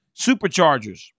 Superchargers